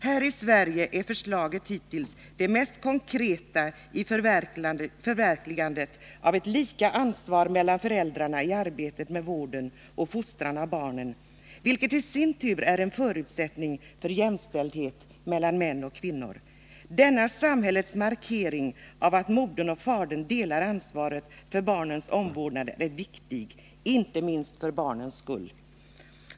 Här i Sverige är förslaget hittills det mest konkreta i förverkligandet av ett lika ansvar mellan föräldrarna i arbetet med vården och fostran av barnen, vilket i sin tur är en förutsättning för jämställdhet mellan män och kvinnor. Denna samhällets markering av att modern och fadern delar ansvaret för barnens omvårdnad är viktig, inte minst för barnens skull.